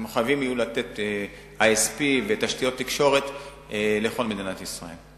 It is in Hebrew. הן מחויבות לתת ISP ותשתיות תקשורת לכל מדינת ישראל.